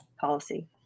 policy